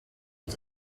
iki